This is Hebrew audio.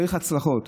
צריך הצלחות.